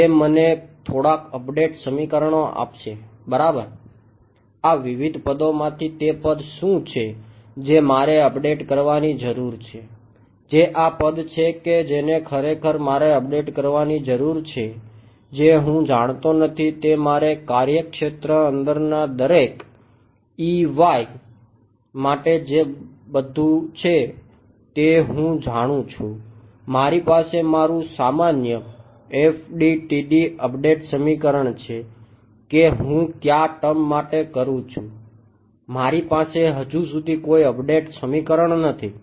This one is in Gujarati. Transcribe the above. તે મને થોડાક અપડેટ સમીકરણો આપશે બરાબર આ વિવિધ પદોમાંથી તે પદ શું છે જે મારે અપડેટ કરવાની જરૂર છે જે આ પદ છે કે જેને ખરેખર મારે અપડેટ કરવાની જરૂર છે જે હું જાણતો નથી તે મારે કાર્યક્ષેત્ર અંદરના દરેક માટે જે બધું છે તે હું જાણું છું મારી પાસે મારુ સામાન્ય FDTD અપડેટ સમીકરણ છે કે હું કયા ટર્મ માટે કરું છું મારી પાસે હજી સુધી કોઈ અપડેટ સમીકરણ નથી